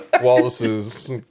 Wallace's